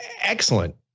excellent